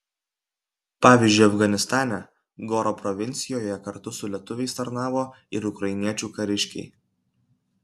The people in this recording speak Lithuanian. pavyzdžiui afganistane goro provincijoje kartu su lietuviais tarnavo ir ukrainiečių kariškiai